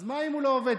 אז מה אם הוא לא עובד?